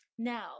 Now